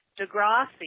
Degrassi